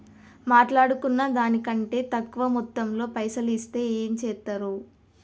మాట్లాడుకున్న దాని కంటే తక్కువ మొత్తంలో పైసలు ఇస్తే ఏం చేత్తరు?